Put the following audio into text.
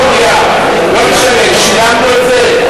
זו דמגוגיה, לא משנה, שילמנו את זה?